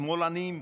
שמאלנים,